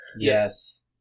Yes